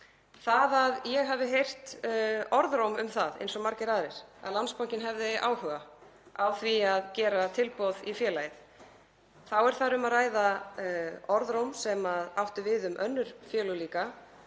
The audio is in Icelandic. Það að ég hafi heyrt orðróm um það, eins og margir aðrir, að Landsbankinn hefði áhuga á því að gera tilboð í félagið þá er þar um að ræða orðróm sem átti við um önnur félög líka.